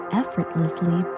effortlessly